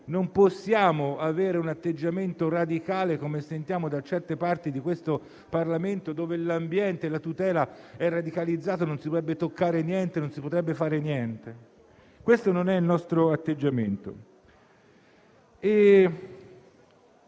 Non possiamo avere un atteggiamento radicale, come sentiamo da certe parti di questo Parlamento. La tutela dell'ambiente da alcuni viene radicalizzata e non si dovrebbe toccare niente, né fare niente. Questo non è il nostro atteggiamento.